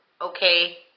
okay